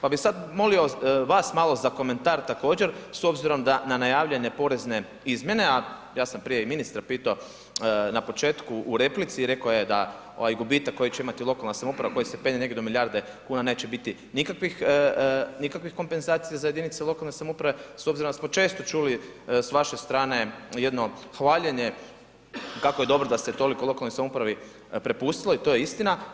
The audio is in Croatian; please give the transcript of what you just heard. Pa bih sada molio vas malo za komentar također s obzirom da na najavljene porezne izmjene, a ja sam prije i ministra pitao na početku u replici, rekao je da ovaj gubitak koji će imati lokalna samouprava koji se penje negdje do milijarde kuna neće biti nikakvih kompenzacija za jedinice lokalne samouprave s obzirom da smo često čuli s vaše strane jedno hvaljenje kako je dobro da ste toliko lokalnoj samoupravi prepustili, to je istina.